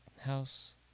house